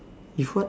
if what